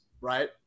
right